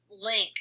link